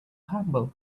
humble